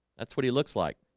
that's what he looks like